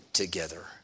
together